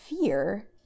fear